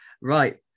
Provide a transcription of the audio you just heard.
Right